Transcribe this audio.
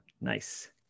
nice